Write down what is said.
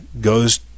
goes